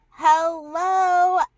Hello